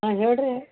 ಹಾಂ ಹೇಳಿರಿ